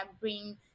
bring